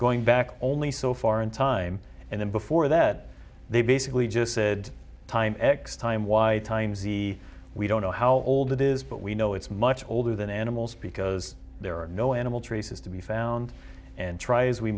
going back only so far in time and then before that they basically just said time x time y time z we don't know how old it is but we know it's much older than animals because there are no animal traces to be found and try as we